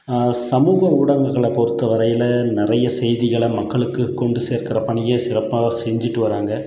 சமூக ஊடகங்களை பொருத்தவரையில் நிறைய செய்திகளை மக்களுக்கு கொண்டு சேர்க்கிற பணியை சிறப்பாக செஞ்சுட்டு வராங்க